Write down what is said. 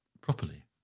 properly